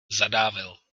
zadávil